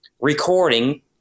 recording